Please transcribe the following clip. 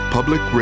Public